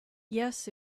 yes